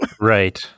Right